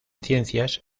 ciencias